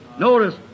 Notice